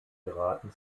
geraten